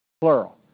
plural